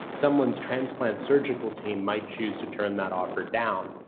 someone's transplant surgical team might choose to turn that offer down,